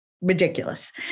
ridiculous